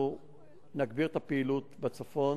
אנחנו נגביר את הפעילות בצפון,